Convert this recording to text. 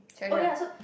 oh ya so